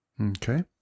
Okay